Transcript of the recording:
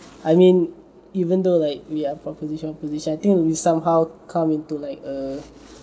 I mean even though like we are proposition opposition I think we somehow come into like a